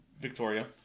Victoria